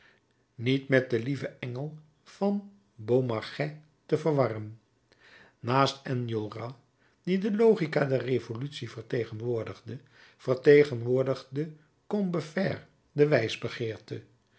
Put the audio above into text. niet met den lieven engel van beaumarchais te verwarren naast enjolras die de logica der revolutie vertegenwoordigde vertegenwoordigde combeferre de